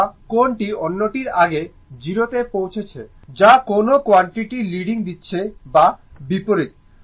অথবা কোনটি অন্যটির আগে 0 তে পৌঁছেছে যে কোন কোয়ান্টিটি লিডিং দিচ্ছে বা বিপরীত